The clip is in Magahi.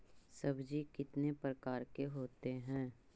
सब्जी कितने प्रकार के होते है?